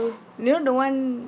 you know the one